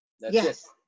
Yes